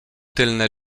tylne